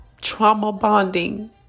Trauma-bonding